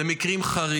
אלה מקרים חריגים.